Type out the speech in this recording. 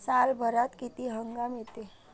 सालभरात किती हंगाम येते?